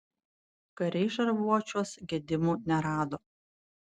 kariai šarvuočiuos gedimų nerado